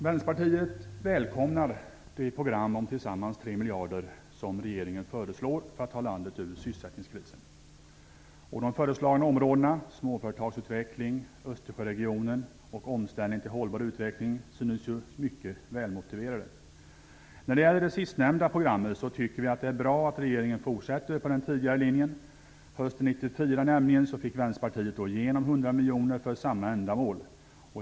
Herr talman! Vänsterpartiet välkomnar de program om tillsammans 3 miljarder kronor som regeringen föreslår för att ta landet ur sysselsättningskrisen. De föreslagna områdena - småföretagsutveckling, Östersjöregionen, och omställning till hållbar utveckling - synes mycket välmotiverade. När det gäller det sistnämnda programmet tycker vi att det är bra att regeringen fortsätter på den tidigare linjen. Hösten 1994 fick Vänsterpartiet nämligen igenom 100 miljoner kronor för samma ändamål.